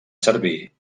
servir